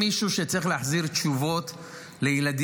אם מישהו שצריך להחזיר תשובות לילדים,